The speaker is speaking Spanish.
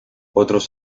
otros